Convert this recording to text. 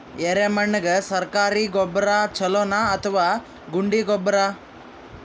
ಎರೆಮಣ್ ಗೆ ಸರ್ಕಾರಿ ಗೊಬ್ಬರ ಛೂಲೊ ನಾ ಅಥವಾ ಗುಂಡಿ ಗೊಬ್ಬರ?